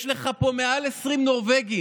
יש לך פה מעל 20 נורבגים,